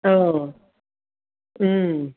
औ उम